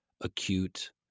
acute –